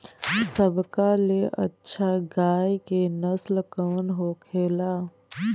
सबका ले अच्छा गाय के नस्ल कवन होखेला?